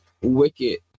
wicked